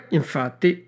infatti